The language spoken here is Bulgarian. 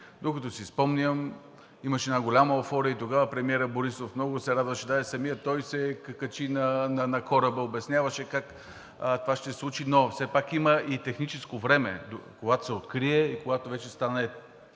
Доколкото си спомням, имаше една голяма еуфория и тогава премиерът Борисов много се радваше, даже самият той се качи на кораба, обясняваше как това ще се случи, но все пак има и техническо време, когато се открие и когато вече стане